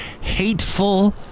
hateful